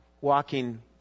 walking